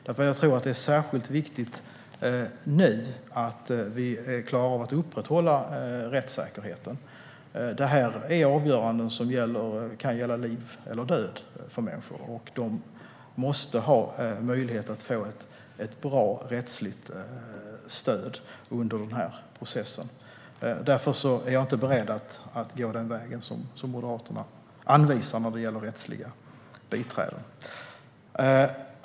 Det är särskilt viktigt nu att upprätthålla rättssäkerheten. Dessa avgöranden kan gälla liv eller död för människor, och de måste ha möjlighet till ett bra rättsligt stöd under processen. Därför är jag inte beredd att gå den väg som Moderaterna anvisar när det gäller rättsliga biträden.